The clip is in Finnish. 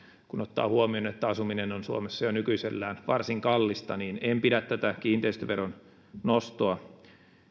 kun ottaa huomioon että asuminen on suomessa jo nykyisellään varsin kallista niin en pidä tätä kiinteistöveron nostoa